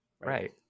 Right